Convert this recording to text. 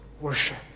worship